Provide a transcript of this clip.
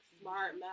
smart